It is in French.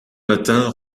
matin